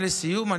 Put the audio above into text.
לסיום,